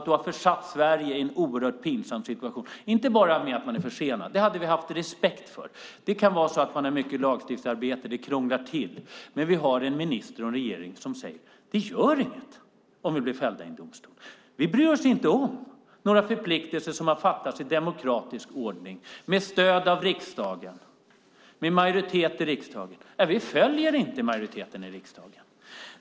Du har försatt Sverige i en pinsam situation, inte bara för att det är försenat - det hade vi haft respekt för; man kan ha mycket lagstiftningsarbete som krånglar till det - utan för att vi har en minister och regering som säger: Det gör inget om vi blir fällda i en domstol. Vi bryr oss inte om dessa förpliktelser som har gjorts i demokratisk ordning av en majoritet i riksdagen. Vi följer inte majoriteten i riksdagen.